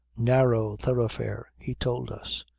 narrow thoroughfare he told us.